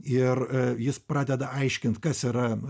ir jis pradeda aiškint kas yra